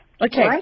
Okay